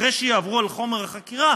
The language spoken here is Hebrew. אחרי שיעברו על חומר החקירה,